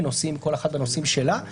כל אחת בנושאים שלה,